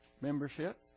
membership